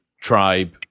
tribe